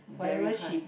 very fast